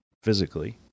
Physically